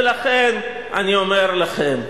ולכן, אני אומר לכם,